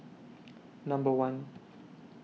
Number one